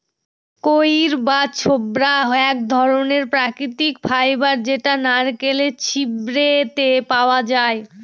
কইর বা ছবড়া এক ধরনের প্রাকৃতিক ফাইবার যেটা নারকেলের ছিবড়েতে পাওয়া যায়